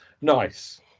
nice